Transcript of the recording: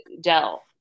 Dell